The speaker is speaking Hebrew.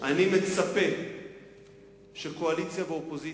אני מצפה שקואליציה ואופוזיציה,